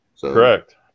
Correct